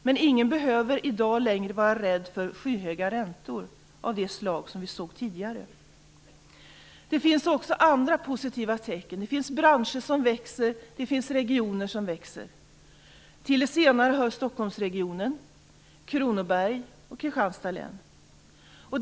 Men ingen behöver i dag längre vara rädd för skyhöga räntor av det slag som vi såg tidigare. Det finns också andra positiva tecken. Det finns branscher och regioner som växer. Till de senare hör Stockholmsregionen samt Kronobergs och Kristianstads län.